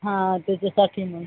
हां त्याच्यासाठी मग